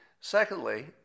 Secondly